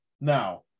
Now